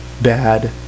bad